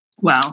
Wow